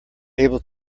able